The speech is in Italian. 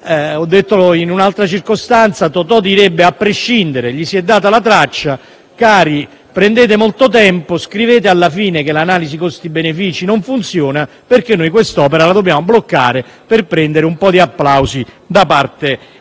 come ho detto in un'altra circostanza, Totò direbbe che si è data la traccia: cari, prendete molto tempo, scrivete alla fine che l'analisi costi-benefici non funziona perché noi quest'opera la dobbiamo bloccare per prendere un po' di applausi da parte dei No TAV.